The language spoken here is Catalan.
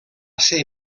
ser